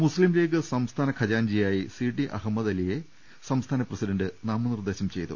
മുസ്ലിം ലീഗ് സംസ്ഥാന ഖജാൻജിയായി C T Ahammed അലിയെ സംസ്ഥാന പ്രസിഡന്റ് നാമനിർദേശം ചെയ്തു